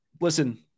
Listen